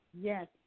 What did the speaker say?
Yes